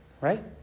Right